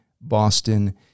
Boston